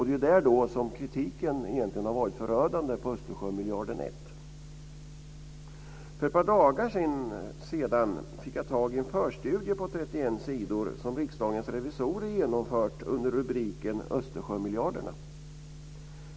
Det är där kritiken har varit förödande när det gäller Östersjömiljard 1. För ett par dagar sedan fick jag tag i en förstudie på 31 sidor som Riksdagens revisorer genomfört under rubriken Östersjömiljarderna.